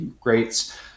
greats